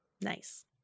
Nice